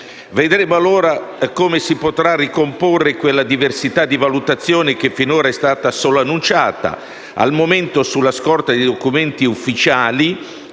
Vedremo allora come si potrà ricomporre quella diversità di valutazioni che finora è stata solo annunciata. Al momento, sulla scorta di documenti ufficiali,